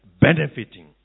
benefiting